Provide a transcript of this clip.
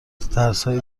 ترسهای